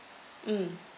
mm